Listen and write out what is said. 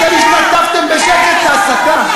אתם השתתפתם בשקט בהסתה.